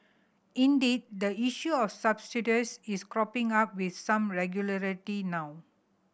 indeed the issue of subsidies is cropping up with some regularity now